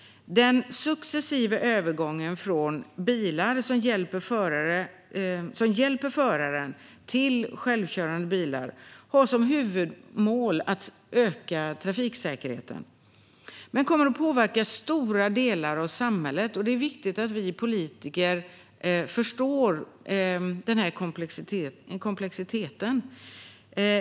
Den successiva övergången från bilar som hjälper föraren till självkörande bilar har som huvudmål att öka trafiksäkerheten men kommer att påverka stora delar av samhället. Det är viktigt att vi politiker förstår komplexiteten.